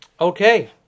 Okay